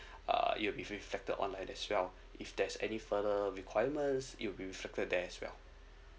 uh it will be reflected on that as well if there's any further requirements it will be reflected there as well